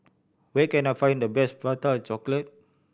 where can I find the best Prata Chocolate